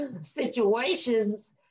situations